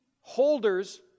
holders